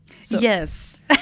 Yes